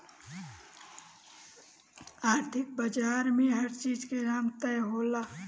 आर्थिक बाजार में हर चीज के दाम तय होला